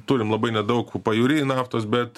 turim labai nedaug pajūry naftos bet